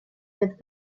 with